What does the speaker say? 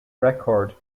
record